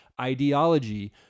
ideology